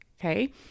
Okay